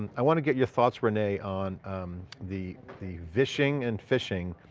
i want to get your thoughts, renee on um the the vishing and phishing.